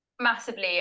Massively